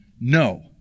No